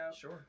Sure